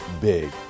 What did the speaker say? big